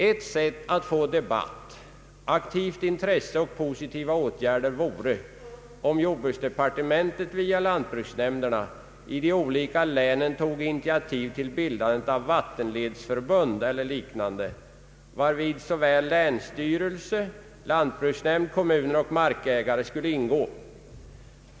Ett sätt att få debatt, aktivt intresse och positiva åtgärder vore att jordbruksdepartementet via lantbruksnämnderna i de olika länen tog initiativ till bildande av vattenledsförbund eller liknande, varvid länsstyrelse, lantbruksnämnd, kommuner och markägare skulle ingå.